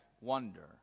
wonder